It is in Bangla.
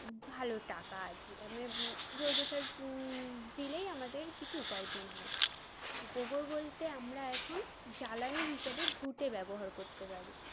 ভালো টাকা আসে তারপরে জৈব সার দিলেই আমাদের কিছু উপার্জন হয় গোবর বলতে আমরা এখন জ্বালানি হিসাবে ঘুঁটে ব্যবহার করতে পারি